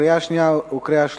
קריאה שנייה וקריאה שלישית,